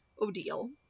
Odile